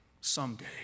someday